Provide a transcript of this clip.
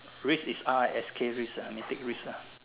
risk is R I S K risk lah take risk lah